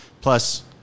Plus